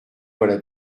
voilà